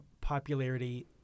popularity